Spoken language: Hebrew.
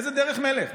איזו דרך מלך?